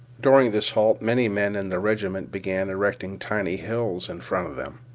during this halt many men in the regiment began erecting tiny hills in front of them.